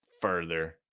further